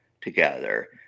together